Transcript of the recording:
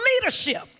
leadership